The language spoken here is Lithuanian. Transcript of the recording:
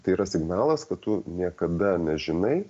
tai yra signalas kad tu niekada nežinai